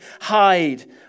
hide